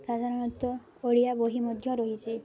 ସାଧାରଣତଃ ଓଡ଼ିଆ ବହି ମଧ୍ୟ ରହିଛି